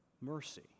mercy